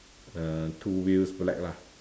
err two wheels black lah